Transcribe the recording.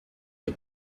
the